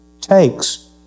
takes